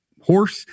horse